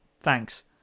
Thanks